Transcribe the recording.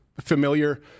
familiar